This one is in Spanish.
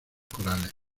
corales